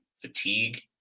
fatigue